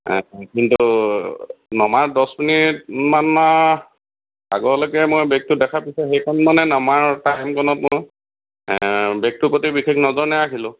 কিন্তু নমাৰ দহ মিনিট মানৰ আগলৈকে মই বেগটো দেখা পাইছোঁ সেইখন মানে নমাৰ টাইম কনত মই বেগটোৰ প্ৰতি বিশেষ নজৰ নাৰাখিলোঁ